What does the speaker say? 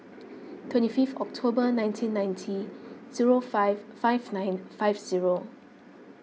twenty fifth October nineteen ninety zero five five nine five zero